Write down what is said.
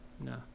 no